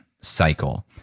cycle